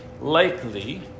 likely